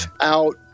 out